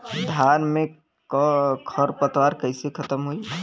धान में क खर पतवार कईसे खत्म होई?